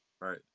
Right